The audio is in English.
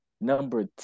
number